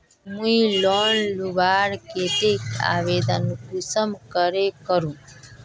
मुई लोन लुबार केते आवेदन कुंसम करे करूम?